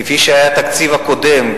כפי שהיה התקציב הקודם,